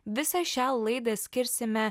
visą šią laidą skirsime